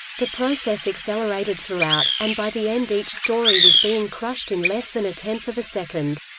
the process accelerated throughout, and by the end each story was being crushed in less than a tenth of a second.